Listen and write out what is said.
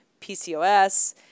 PCOS